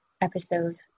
episode